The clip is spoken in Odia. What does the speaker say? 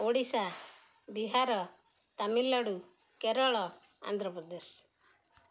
ଓଡ଼ିଶା ବିହାର ତାମିଲନାଡ଼ୁ କେରଳ ଆନ୍ଧ୍ରପ୍ରଦେଶ